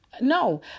no